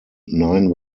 nine